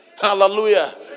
Hallelujah